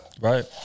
Right